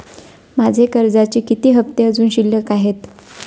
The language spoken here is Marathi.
माझे कर्जाचे किती हफ्ते अजुन शिल्लक आहेत?